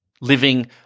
living